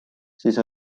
siis